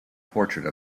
portrait